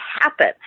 happen